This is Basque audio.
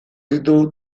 ditu